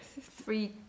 three